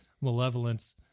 malevolence